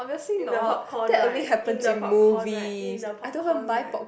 in the popcorn right in the popcorn right in the popcorn right